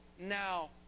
now